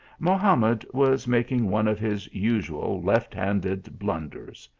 mohamed was making one of his usual left-handed blunders.